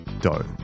dough